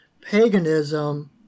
paganism